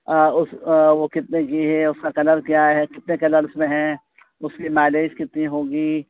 اس وہ کتنے کی ہے اس کا کلر کیا ہے کتنے کلرس میں ہیں اس کی مائلیج کتنی ہوگی